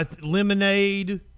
lemonade